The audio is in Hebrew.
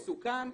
זה סוכם.